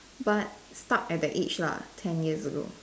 but stuck at that age lah ten years ago